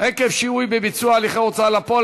עקב שיהוי בביצוע הליכי הוצאה לפועל),